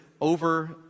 over